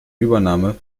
übernahme